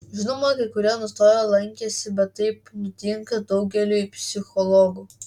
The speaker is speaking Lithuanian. žinoma kai kurie nustojo lankęsi bet taip nutinka daugeliui psichologų